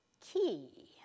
key